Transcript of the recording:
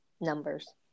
numbers